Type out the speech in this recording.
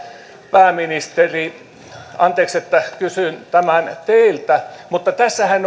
pääministeri anteeksi että kysyn tämän teiltä mutta tässähän